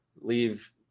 leave